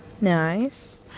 nice